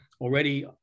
already